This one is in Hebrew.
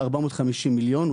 450 מיליון,